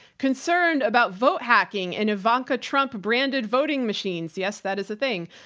concerned about vote hacking and ivanka trump branded voting machines? yes, that is a thing.